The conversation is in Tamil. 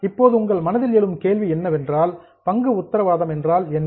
இப்போது உங்கள் மனதில் எழும் கேள்வி என்னவென்றால் பங்கு உத்தரவாதம் என்றால் என்ன